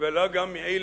וגם לא מאלה